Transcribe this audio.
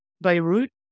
Beirut